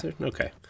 Okay